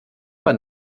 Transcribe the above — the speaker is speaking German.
man